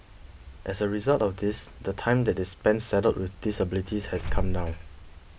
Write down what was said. as a result of this the time that they spend saddled with disabilities has come down